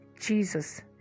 Jesus